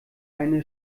eine